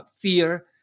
fear